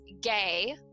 gay